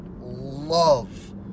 love